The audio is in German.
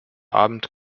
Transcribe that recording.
abend